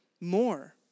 more